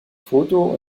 foto